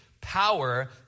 power